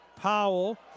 Powell